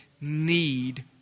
need